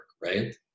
Right